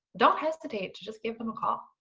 don't hesitate to just give them a call.